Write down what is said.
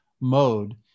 mode